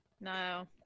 No